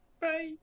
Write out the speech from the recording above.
Bye